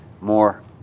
more